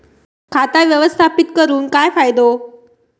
खाता व्यवस्थापित करून काय फायदो?